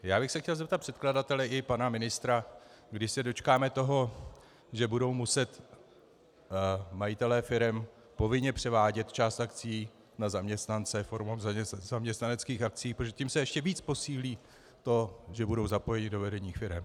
Já bych se chtěl zeptat předkladatele i pana ministra, kdy se dočkáme toho, že budou muset majitelé firem povinně převádět část akcií na zaměstnance formou zaměstnaneckých akcií, protože tím se ještě víc posílí to, že budou zapojeni do vedení firem.